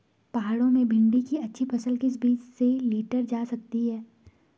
पहाड़ों में भिन्डी की अच्छी फसल किस बीज से लीटर जा सकती है?